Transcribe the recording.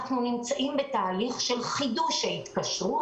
אנחנו נמצאים במצב של חידוש ההתקשרות,